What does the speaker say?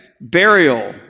burial